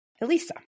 Elisa